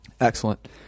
Excellent